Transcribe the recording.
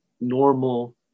normal